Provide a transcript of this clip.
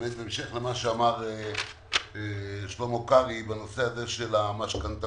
בהמשך למה שאמר שלמה קרעי בנושא הזה המשכנתאות,